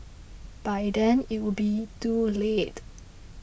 by then it would be too late